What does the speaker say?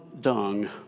dung